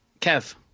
kev